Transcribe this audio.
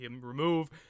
remove